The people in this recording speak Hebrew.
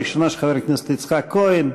הראשונה, של חבר הכנסת יצחק כהן.